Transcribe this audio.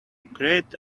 create